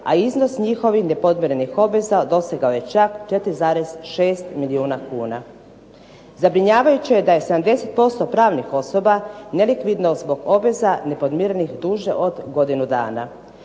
a iznos njihovih nepodmirenih obveza dosegao je čak 4,6 milijuna kuna. Zabrinjavajuće je da je 70% pravnih osoba nelikvidno zbog obveza nepodmirenih duže od godinu dana.